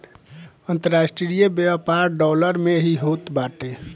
अन्तरराष्ट्रीय व्यापार डॉलर में ही होत बाटे